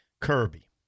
Kirby